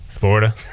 Florida